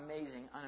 amazing